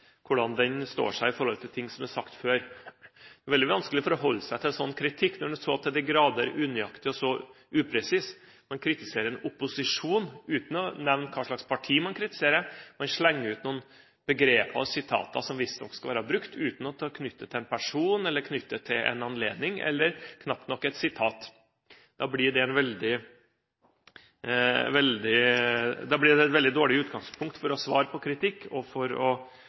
hvordan den står seg i forhold til det som er sagt før. Det er veldig vanskelig å forholde seg til en slik kritikk når den er så til de grader unøyaktig og upresis. Man kritiserer opposisjonen, uten å nevne hvilket parti man kritiserer. Man slenger ut noen begreper og sitater som visstnok skal være brukt, uten å knytte dem til en person, til en anledning eller knapt nok til et sitat. Da blir det et veldig dårlig utgangspunkt for å svare på kritikken og føre en god debatt. La meg bare si at Kristelig Folkeparti har stemt for